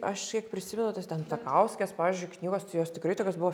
aš kiek prisimenu tas ten ptakauskės pavyzdžiui knygos tai jos tikrai tokios buvo